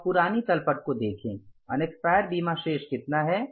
अब पुरानी तल पट को देखें अनेक्स्पायर बीमा शेष कितना है